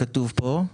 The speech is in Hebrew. כתוב פה,